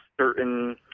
certain